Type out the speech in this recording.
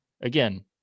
again